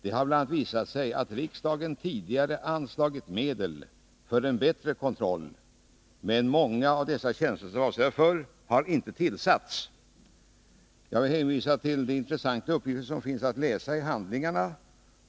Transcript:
Det har bl.a. visat sig att riksdagen tidigare anslagit medel för en bättre kontroll — men många av de tjänster som dessa medel är avsedda för har inte tillsatts. Jag vill hänvisa till de intressanta uppgifter som finns att läsa i handlingarna.